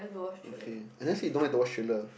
okay I never say you don't like to watch thriller